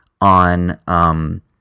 on